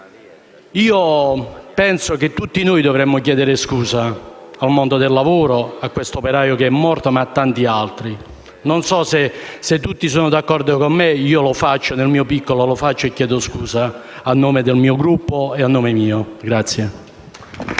Penso che tutti noi dovremmo chiedere scusa al mondo del lavoro, a questo operaio che è morto come a tanti altri. Non so se tutti sono d'accordo con me: io, nel mio piccolo, lo faccio e chiedo scusa a nome mio personale e del mio Gruppo.